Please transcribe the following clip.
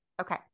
Okay